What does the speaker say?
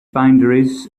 boundaries